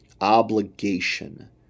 obligation